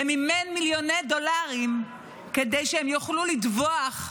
ומימן מיליוני דולרים כדי שהם יוכלו לטבוח,